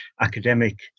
academic